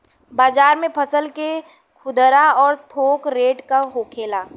बाजार में फसल के खुदरा और थोक रेट का होखेला?